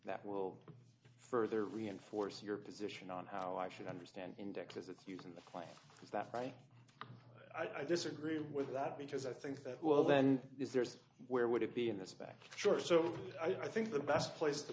that will further reinforce your position on how i should understand indexes it's you can play with that right i disagree with that because i think that well then there's where would it be in this back door so i think the best place to